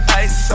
ice